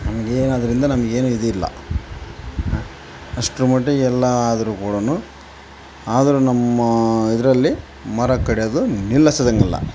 ಆಮೇಲೆ ಏನು ಅದ್ರಿಂದ ನಮಗೇನು ಇದಿಲ್ಲ ಅಷ್ಟರ ಮಟ್ಟಿಗೆ ಎಲ್ಲ ಆದ್ರು ಕೂಡ ಆದ್ರು ನಮ್ಮ ಇದ್ರಲ್ಲಿ ಮರ ಕಡಿಯೋದು ನಿಲ್ಲಿಸದಂಗಿಲ್ಲ